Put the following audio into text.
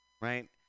Right